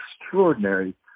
extraordinary